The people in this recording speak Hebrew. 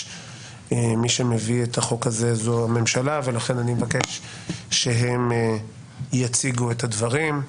מי שמביא את החוק הזה זו הממשלה ולכן אני מבקש שהם יציגו את הדברים.